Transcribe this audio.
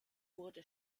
wurde